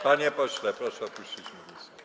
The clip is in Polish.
Panie pośle, proszę opuścić mównicę.